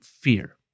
fear